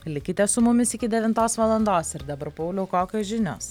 likite su mumis iki devintos valandos ir dabar pauliau kokios žinios